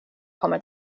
kommer